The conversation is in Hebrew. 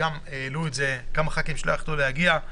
העלו את זה כמה ח"כים שלא יכלו להגיע,